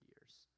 years